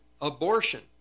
abortion